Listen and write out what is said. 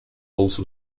also